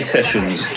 sessions